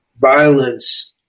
violence